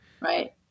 Right